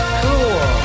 cool